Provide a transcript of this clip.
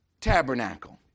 tabernacle